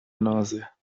نازه